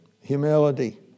Humility